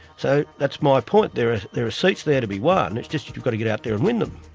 so that's my point, there ah there are seats there to be won, it's just that you've got to get out there and win them.